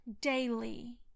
daily